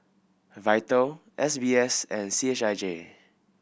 Vital S B S and C H I J